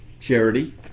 charity